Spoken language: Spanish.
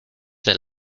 del